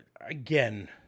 again